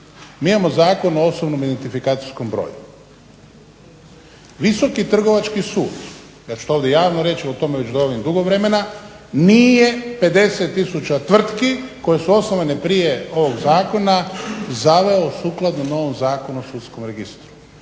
Mi imamo Zakon o osobnom identifikacijskom broju. Visoki trgovački sud, ja ću to ovdje javno reći i o tome govorim već dugo vremena, nije 50 tisuća tvrtki koje su osnovane prije ovog zakona zaveo sukladno novom Zakonu o sudskom registru.